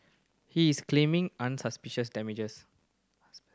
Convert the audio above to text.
he is claiming unsuspicious damages